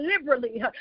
liberally